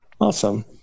Awesome